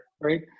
Right